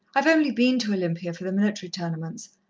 i've only been to olympia for the military tournaments.